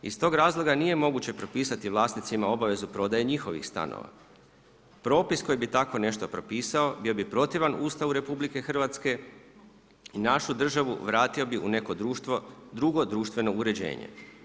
Iz tog razloga nije moguće propisati vlasnicima obavezu prodaje njihovih stanova, propis koji bi tako nešto propisao bio bi protivan Ustavu RH i našu državu vratio bi u neko društvo, drugo društveno uređenje.